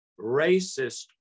racist